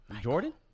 Jordan